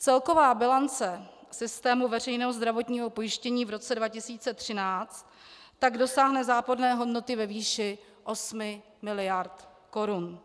Celková bilance systému veřejného zdravotního pojištění v roce 2013 tak dosáhne záporné hodnoty ve výši 8 mld. korun.